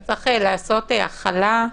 יש לעשות החלה,